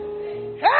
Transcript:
Hey